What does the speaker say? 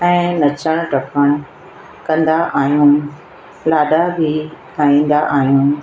ऐं नचण टिपण बि कंदा आहियूं लाॾा बि ॻाईंदा आहियूं